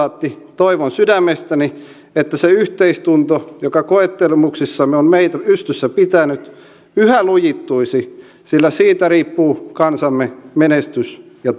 toivon sydämestäni että se yhteistunto joka koettelemuksissamme on meitä pystyssä pitänyt yhä lujittuisi sillä siitä riippuu kansamme menestys ja